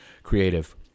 creative